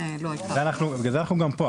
בגלל זה אנחנו גם פה.